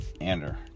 enter